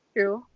True